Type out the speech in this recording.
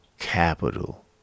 capital